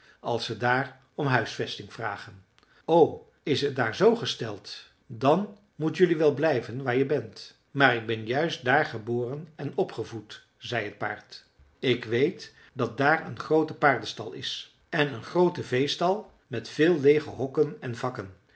als ze daar om huisvesting vragen o is het daar zoo gesteld dan moet jelui wel blijven waar je bent maar ik ben juist daar geboren en opgevoed zei het paard ik weet dat daar een groote paardenstal is en een groote veestal met veel leege hokken en vakken